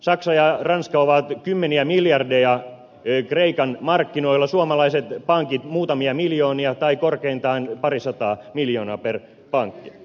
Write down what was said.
saksa ja ranska ovat kymmeniä miljardeja kreikan markkinoilla suomalaiset pankit muutamia miljoonia tai korkeintaan parisataa miljoonaa per pankki